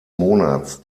monats